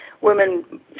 Women